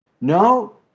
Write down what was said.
No